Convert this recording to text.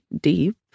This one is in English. deep